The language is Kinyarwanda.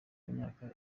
imyaka